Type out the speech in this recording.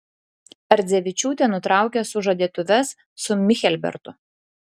ardzevičiūtė nutraukė sužadėtuves su michelbertu